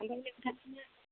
ओमफ्राय नोंथाङा